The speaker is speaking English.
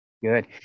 Good